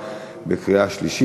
נתקבל.